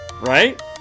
Right